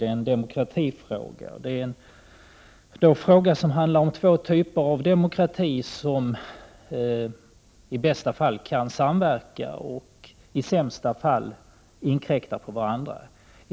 Det är en demokratifråga och en fråga som gäller två typer av demokrati vilka i bästa fall kan samverka, i sämsta fall inkräkta på varandra.